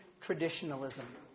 traditionalism